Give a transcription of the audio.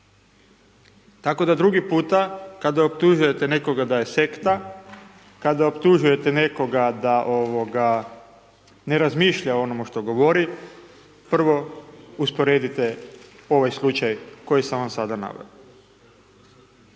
Tako da drugi puta kada optužujete nekoga da je sekta, kada optužujete nekoga da ne razmišlja o onome što govori prvo usporedite ovaj slučaj koji sam vam sada naveo.